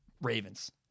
Ravens